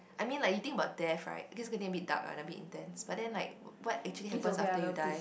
I mean like you think about death right this gonna be a bit dark a bit intense but then like what actually happens after you die